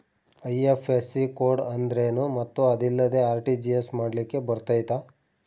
IFSC code ಅಂದ್ರೇನು ಮತ್ತು ಅದಿಲ್ಲದೆ ಆರ್.ಟಿ.ಜಿ.ಎಸ್ ಮಾಡ್ಲಿಕ್ಕೆ ಬರ್ತೈತಾ?